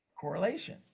correlation